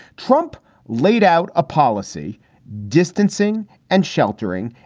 trump laid out a policy distancing and sheltering,